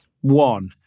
one